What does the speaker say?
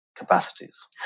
Capacities